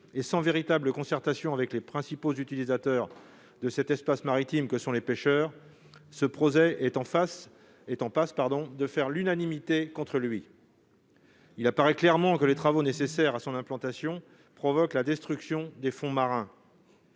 et sans véritable concertation avec les principaux utilisateurs- les pêcheurs -de l'espace maritime concerné, il est effectivement en passe de faire l'unanimité contre lui. Il apparaît clairement que les travaux nécessaires à son implantation provoquent la destruction des fonds marins.